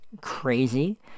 crazy